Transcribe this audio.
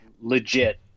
legit